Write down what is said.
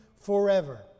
forever